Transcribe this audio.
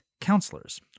counselors